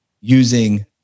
using